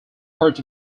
part